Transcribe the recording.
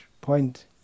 point